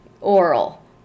oral